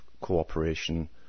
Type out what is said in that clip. cooperation